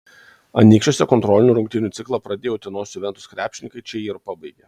anykščiuose kontrolinių rungtynių ciklą pradėję utenos juventus krepšininkai čia jį ir pabaigė